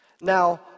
Now